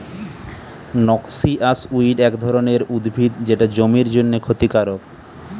noxious weed এক ধরণের উদ্ভিদ যেটা জমির জন্যে ক্ষতিকারক